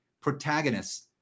protagonists